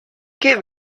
give